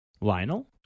Lionel